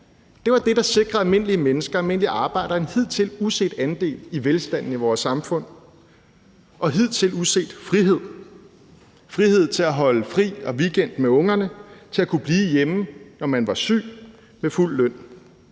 Det var det, der sikrede almindelige mennesker, almindelige arbejdere, en hidtil uset andel af velstanden i vores samfund og en hidtil uset frihed: frihed til at holde fri og weekend med ungerne og til at kunne blive hjemme, når man var syg, med fuld løn.